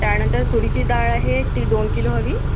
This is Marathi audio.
त्यानंतर तुरीची डाळ आहे ती दोन किलो हवी